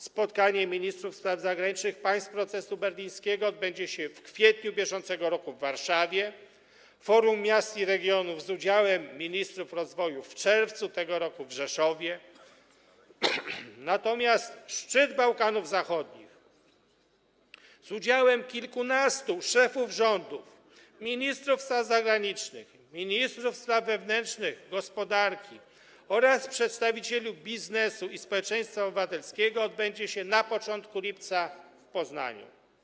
Spotkanie ministrów spraw zagranicznych państw procesu berlińskiego odbędzie się w kwietniu br. w Warszawie, forum miast i regionów z udziałem ministrów rozwoju - w czerwcu tego roku w Rzeszowie, natomiast szczyt Bałkanów Zachodnich z udziałem kilkunastu szefów rządów, ministrów spraw zagranicznych, ministrów spraw wewnętrznych i gospodarki oraz przedstawicieli biznesu i społeczeństwa obywatelskiego - na początku lipca w Poznaniu.